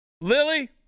Lily